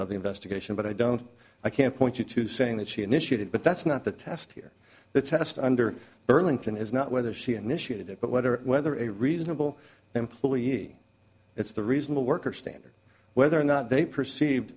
the investigation but i don't i can't point you to saying that she initiated but that's not the test here the test under burlington is not whether she initiated it but or whether a reasonable employee it's the reasonable worker standard whether or not they perceived